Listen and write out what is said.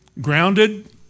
grounded